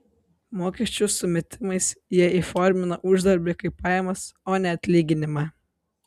mokesčių sumetimais jie įformina uždarbį kaip pajamas o ne atlyginimą